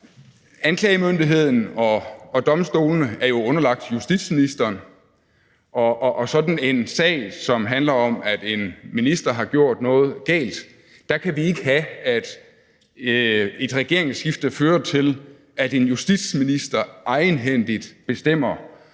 Anklagemyndigheden og domstolene er jo underlagt justitsministeren, og i sådan en sag, som handler om, at en minister har gjort noget galt, kan vi ikke have, at et regeringsskifte fører til, at en justitsminister egenhændigt bestemmer,